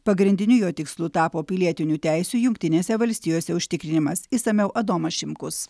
pagrindiniu jo tikslu tapo pilietinių teisių jungtinėse valstijose užtikrinimas išsamiau adomas šimkus